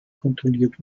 kontrolliert